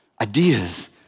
ideas